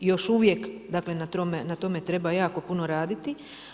Još uvijek na tome treba jako puno raditi.